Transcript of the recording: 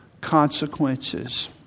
consequences